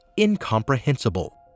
incomprehensible